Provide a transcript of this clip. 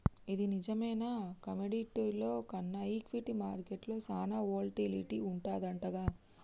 ఇది నిజమేనా కమోడిటీల్లో కన్నా ఈక్విటీ మార్కెట్లో సాన వోల్టాలిటీ వుంటదంటగా